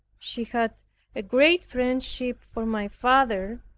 she had a great friendship for my father,